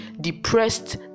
depressed